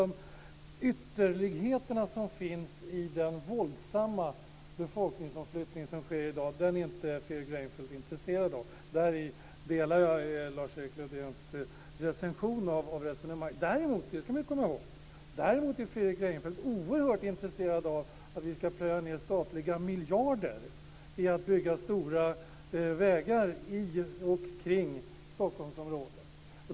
Ytterligheterna som finns i den våldsamma befolkningsomflyttning som sker i dag är inte Fredrik Reinfeldt intresserad av. Däri delar jag Lars Erik Lövdéns recensioner av resonemanget. Däremot - det ska man komma ihåg - är Fredrik Reinfeldt oerhört intresserad av att vi ska plöja ned statliga miljarder i stora vägbyggen i och kring Stockholmsområdet.